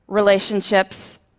relationships,